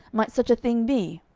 might such a thing be?